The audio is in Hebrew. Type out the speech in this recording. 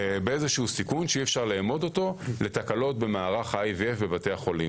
בסיכון שאי אפשר לאמוד אותו לתקלות במערך IVF בבתי החולים